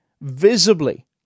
visibly